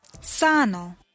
sano